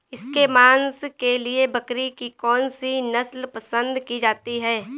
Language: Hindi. इसके मांस के लिए बकरी की कौन सी नस्ल पसंद की जाती है?